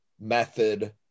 method